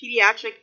pediatric